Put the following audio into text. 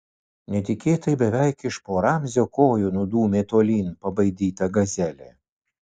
netikėtai beveik iš po ramzio kojų nudūmė tolyn pabaidyta gazelė